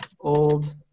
Old